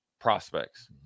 prospects